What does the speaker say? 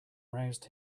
roused